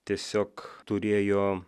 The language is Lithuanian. tiesiog turėjo